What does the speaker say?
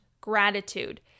gratitude